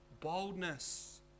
boldness